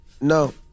No